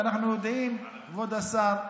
ואנחנו יודעים, כבוד השר,